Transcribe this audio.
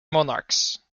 monarchs